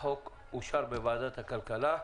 החוק אושר בוועדת הכלכלה.